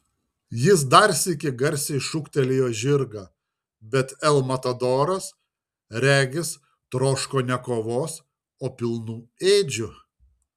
jis dar sykį garsiai šūktelėjo žirgą bet el matadoras regis troško ne kovos o pilnų ėdžių